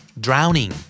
Drowning